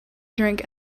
drink